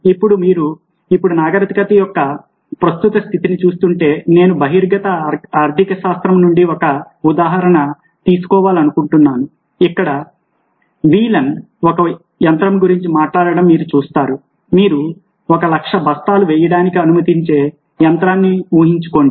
ఇప్పుడు మీరు ఇప్పుడు నాగరికత యొక్క ప్రస్తుత స్థితిని చూస్తుంటే నేను బహిర్గత ఆర్థికశాస్త్రం నుండి ఒక ఉదాహరణ తీసుకోవాలనుకుంటున్నాను ఇక్కడ వీలన్ ఒక యంత్రం గురించి మాట్లాడటం మీరు చూస్తారు మీరు 100000 బస్తాలు వేయడానికి అనుమతించే యంత్రాన్ని ఊహించుకోండి